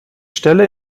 stelle